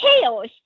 tails